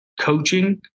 coaching